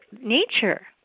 nature